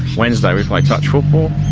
wednesday we play touch football,